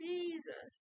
Jesus